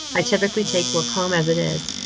i typically take work home as it is.